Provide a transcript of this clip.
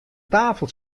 tafel